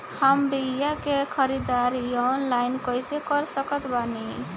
हम बीया के ख़रीदारी ऑनलाइन कैसे कर सकत बानी?